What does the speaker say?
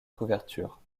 couverture